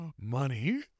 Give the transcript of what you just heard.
Money